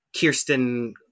Kirsten